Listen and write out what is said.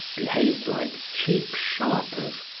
behaved like cheap sharpers.